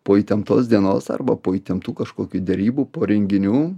po įtemptos dienos arba po įtemptų kažkokių derybų po renginių